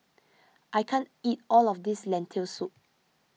I can't eat all of this Lentil Soup